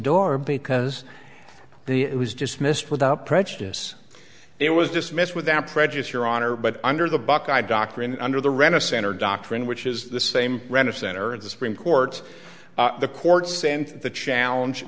door because the it was dismissed without prejudice it was dismissed without prejudice your honor but under the buckeye doctrine under the rent a center doctrine which is the same render center and the supreme court the courts and the challenge